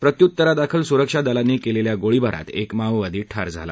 प्रत्युत्तरादाखल सुरक्षा दलांनी केलेल्या गोळीबारात एक माओवादी ठार झाला